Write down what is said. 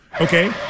Okay